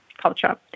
Culture